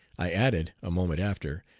i added, a moment after,